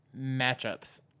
matchups